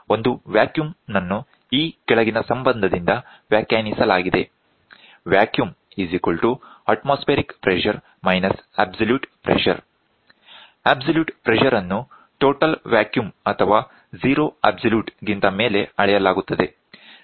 ಒಂದು ವ್ಯಾಕ್ಯೂಮ್ ನನ್ನು ಈ ಕೆಳಗಿನ ಸಂಬಂಧದಿಂದ ವ್ಯಾಖ್ಯಾನಿಸಲಾಗಿದೆ Vacuum Atmospheric pressure - Absolute pressure vacuum atmospheric pressure absolute pressure absolute pressure ಅನ್ನು ಟೋಟಲ್ ವ್ಯಾಕ್ಯೂಮ್ ಅಥವಾ ಜೀರೋ ಅಬ್ಸಲ್ಯೂಟ್ ಗಿಂತ ಮೇಲೆ ಅಳೆಯಲಾಗುತ್ತದೆ